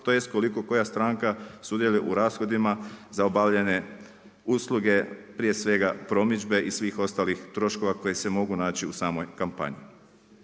tj. koliko koja stranka sudjeluje u rashodima za obavljanje usluge prije svega promidžbe i svih ostalih troškova koji se mogu naći u samoj kampanji.